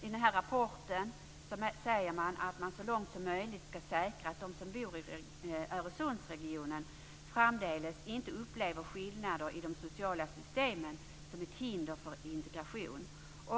I denna rapport säger man att man så långt som möjligt ska säkra att de som bor i Öresundsregionen framdeles inte upplever skillnader i de sociala systemen som ett hinder för integration.